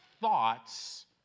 thoughts